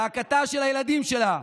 זעקת הילדים שלה,